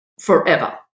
forever